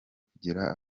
kugera